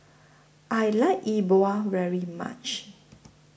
I like E Bua very much